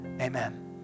amen